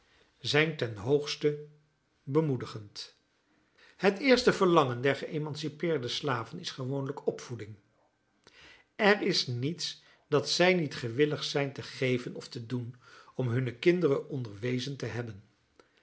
zijn ten hoogste bemoedigend het eerste verlangen der geëmancipeerde slaven is gewoonlijk opvoeding er is niets dat zij niet gewillig zijn te geven of te doen om hunne kinderen onderwezen te hebben